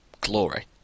glory